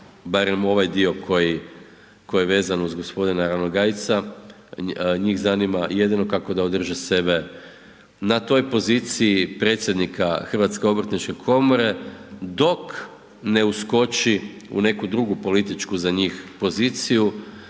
barem ovaj dio koji je vezan uz g. Ranogajca, njih zanima jedino kako da održe sebe na toj poziciji predsjednika HOK-a dok ne uskoči u neku drugu političku, za njih, poziciju,